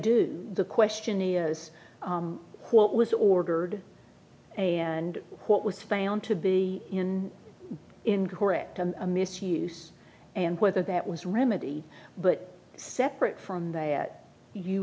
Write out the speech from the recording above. do the question is what was ordered and what was found to be in incorrect and misuse and whether that was remedy but separate from they at you